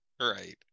right